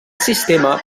sistema